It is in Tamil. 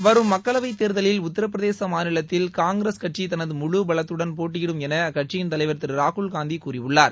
வரும் மக்களவை தேர்தலில் உத்தரபிரதேச மாநிலத்தில் காங்கிரஸ் கட்சி தனது முழு பலத்துடன் போட்டியிடும் என அக்கட்சியின் தலைவர் திரு ராகுல் காந்தி கூறியுள்ளார்